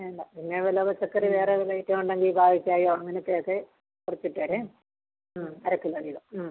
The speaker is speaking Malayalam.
വേണ്ട പിന്നെ പല പച്ചക്കറി വേറെ പല ഐറ്റം ഉണ്ടെങ്കിൽ അങ്ങനെത്ത ഒക്കെ കുറച്ച് ഇട്ടേര് ആ അരക്കിലോ വീതം ആ